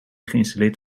geïnstalleerd